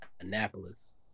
Annapolis